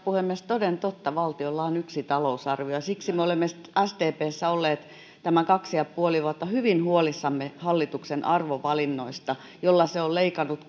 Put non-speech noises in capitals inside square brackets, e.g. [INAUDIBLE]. puhemies toden totta valtiolla on yksi talousarvio ja siksi me olemme sdpssä olleet tämän kaksi ja puoli vuotta hyvin huolissamme hallituksen arvovalinnoista joilla se on leikannut [UNINTELLIGIBLE]